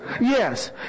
Yes